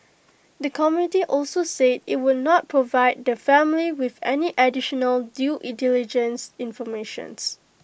the committee also say IT would not provide the family with any additional due diligence information